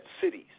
cities